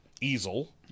easel